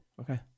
Okay